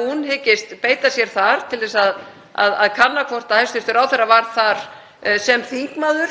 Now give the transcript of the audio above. hún hyggist beita sér þar til að kanna hvort hæstv. ráðherra var þar sem þingmaður,